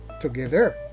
together